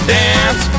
dance